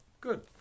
Good